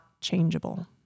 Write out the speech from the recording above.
changeable